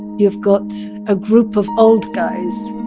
you've got a group of old guys,